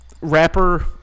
rapper